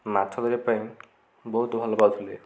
ମାଛ ଧରିବା ପାଇଁ ବହୁତ ଭଲ ପାଉଥିଲେ